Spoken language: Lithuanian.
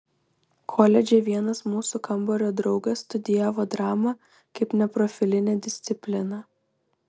koledže vienas mūsų kambario draugas studijavo dramą kaip neprofilinę discipliną